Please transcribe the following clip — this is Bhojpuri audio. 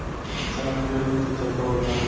चना के खेत मे सिंचाई कब होला?